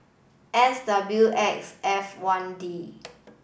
S W X F one D